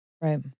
Right